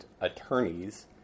attorneys